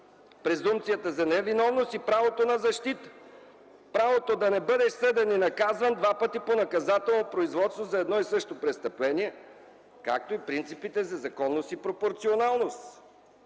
презумпцията за невиновност и правото на защита! Правото да не бъдеш съден и наказван два пъти по наказателно производство за едно и също престъпление, както и принципите за законност и пропорционалност!